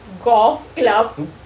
golf club